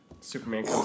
Superman